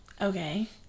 Okay